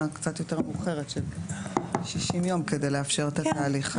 קצת יותר מאוחרת של 60 יום כדי לאפשר את התהליך.